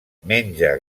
menja